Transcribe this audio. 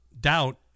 doubt